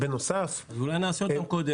בנוסף --- אז אולי נעשה אותם קודם?